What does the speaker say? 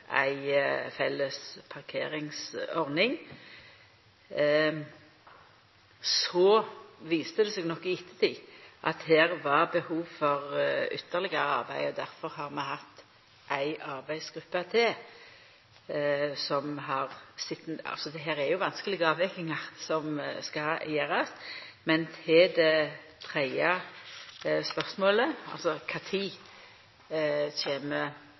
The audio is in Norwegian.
ei felles parkeringsordning. Så viste det seg nok i ettertid at det var behov for ytterlegare arbeid. Difor har me hatt ei arbeidsgruppe til, det er jo vanskelege avvegingar som skal gjerast. Til det tredje spørsmålet – når ein kjem